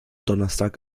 donnerstag